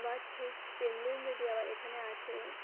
আবার ঠিক পেঙ্গুইন যদি আবার এখানে আসে